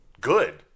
good